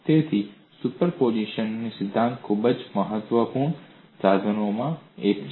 તેથી સુપરપોઝિશનનો સિદ્ધાંત ખૂબ જ મહત્વપૂર્ણ સાધનોમાંનો એક છે